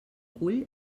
cull